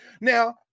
now